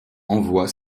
envoie